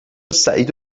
سعید